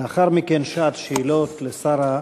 לאחר מכן, שעת שאלות לשר הרווחה.